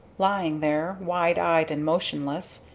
lying there, wide-eyed and motionless,